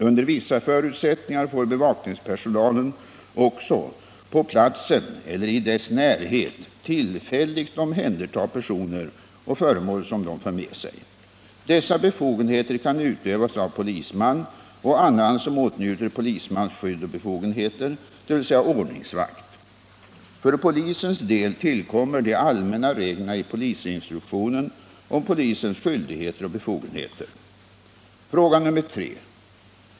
Under vissa förutsättningar får bevakningspersonalen också på platsen eller i dess närhet tillfälligt omhänderta personer och föremål som de för med sig. Dessa befogenheter kan utövas av polisman och annan som åtnjuter polismans skydd och befogenheter, dvs. ordningsvakt. För polisens del tillkommer de allmänna reglerna i polisinstruktionen om polisens skyldigheter och befogenheter. 3.